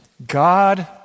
God